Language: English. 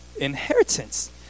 inheritance